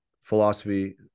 philosophy